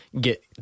get